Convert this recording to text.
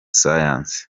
science